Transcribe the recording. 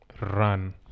run